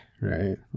right